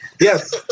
yes